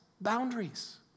boundaries